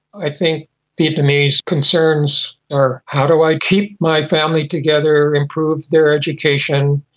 i think vietnamese concerns are how do i keep my family together, improve their education,